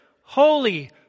holy